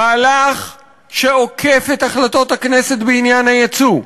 מהלך שעוקף את החלטות הכנסת בעניין היצוא.